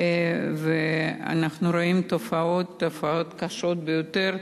ואנחנו רואים תופעות קשות ביותר,